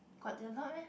got they are not meh